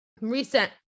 recent